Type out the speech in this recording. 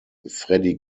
freddy